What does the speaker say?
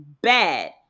bad